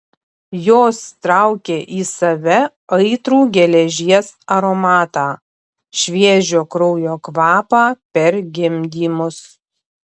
jos traukė į save aitrų geležies aromatą šviežio kraujo kvapą per gimdymus